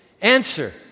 Answer